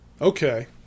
Okay